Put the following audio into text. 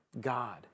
God